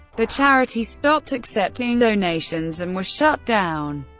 the charity stopped accepting donations and was shut down.